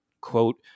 quote